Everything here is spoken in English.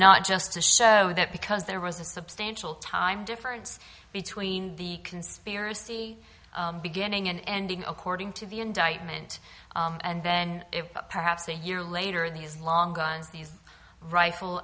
not just to show that because there was a substantial time difference between the conspiracy beginning and ending according to the indictment and then perhaps a year later these long guns these rifle